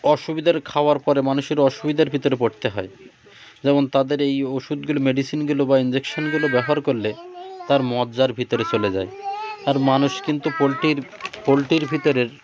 অসুবিধার খাওয়ার পরে মানুষের অসুবিধার ভিতরে পড়তে হয় যেমন তাদের এই ওষুধগুলো মেডিসিনগুলো বা ইঞ্জেকশনগুলো ব্যবহার করলে তার মজ্জার ভিতরে চলে যায় আর মানুষ কিন্তু পোলট্রির পোলট্রির ভিতরের